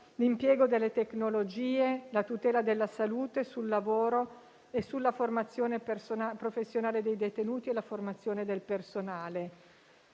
l'impiego delle tecnologie, la tutela della salute, sul lavoro, sulla formazione professionale dei detenuti e sulla formazione del personale.